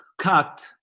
cut